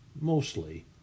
Mostly